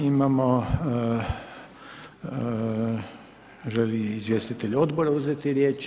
Imamo, želi li izvjestitelj Odbora uzeti riječ?